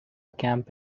camp